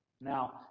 Now